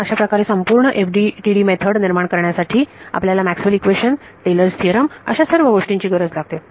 तर अशाप्रकारे संपूर्ण FDTD मेथड निर्माण करण्यासाठी आपल्याला Maxwell equation Maxwell's equations Taylor's theorem Theorem अशा सर्व गोष्टींची गरज लागते